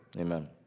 amen